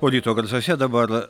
o ryto garsuose dabar